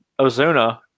Ozuna